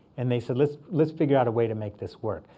and they said, let's let's figure out a way to make this work.